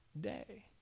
day